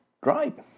Great